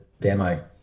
demo